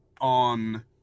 on